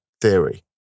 theory